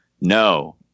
No